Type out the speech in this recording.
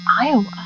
iowa